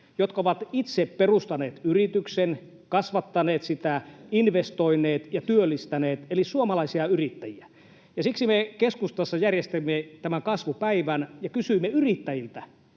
jotka ovat itse perustaneet yrityksen, kasvattaneet sitä, investoineet ja työllistäneet, eli suomalaisia yrittäjiä. Siksi me keskustassa järjestimme tämän kasvupäivän ja kysyimme yrittäjiltä